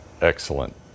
Excellent